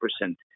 percent